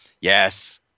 yes